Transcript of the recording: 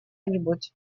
нибудь